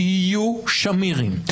תהיו "שמירים",